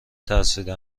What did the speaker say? ترسیده